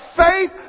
faith